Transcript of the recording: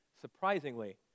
Surprisingly